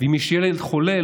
ואם יש ילד חולה,